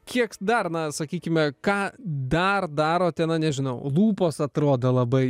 kiek dar na sakykime ką dar darote na nežinau lūpos atrodo labai